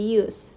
use